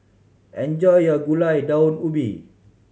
enjoy your Gulai Daun Ubi